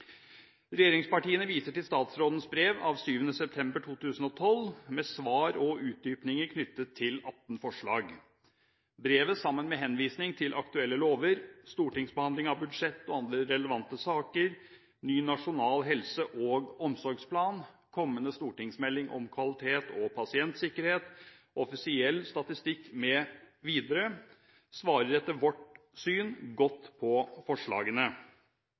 Regjeringspartiene viser til statsrådens brev at 7. september 2012 med svar og utdypninger knyttet til 18 forslag. Brevet, sammen med henvisning til aktuelle lover, stortingsbehandling av budsjett og andre relevante saker, ny nasjonal helse- og omsorgsplan, kommende stortingsmelding om kvalitet og pasientsikkerhet, offisiell statistikk mv., svarer etter vårt syn godt på forslagene.